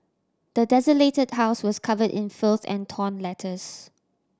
the desolated house was cover in filth and torn letters